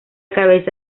cabeza